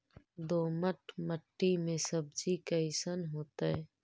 दोमट मट्टी में सब्जी कैसन होतै?